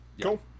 cool